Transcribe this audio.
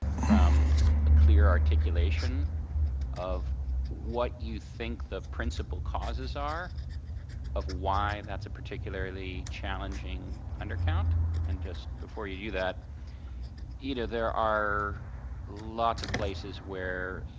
from a clear articulation of what you think the principal causes are of why that's a particularly challenging undercount and just before you do that either there are lots of places where